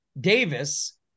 Davis